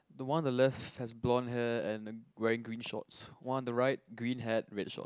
the one on the left has blonde hair and um wearing green shorts one the right green hat red short